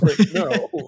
no